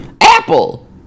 apple